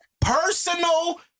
Personal